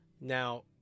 Now